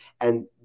And-